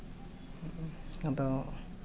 ᱟᱫᱚ